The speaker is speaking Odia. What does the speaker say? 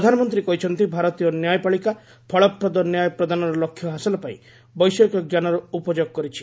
ପ୍ରଧାନମନ୍ତ୍ରୀ କହିଛନ୍ତି ଭାରତୀୟ ନ୍ୟାୟପାଳିକା ଫଳପ୍ରଦ ନ୍ୟାୟ ପ୍ରଦାନର ଲକ୍ଷ୍ୟ ହାସଲ ପାଇଁ ବୈଷୟିକ ଜ୍ଞାନର ଉପଯୋଗ କରିଛି